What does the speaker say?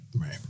right